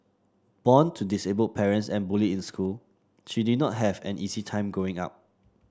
born to disabled parents and bullied in school she did not have an easy time Growing Up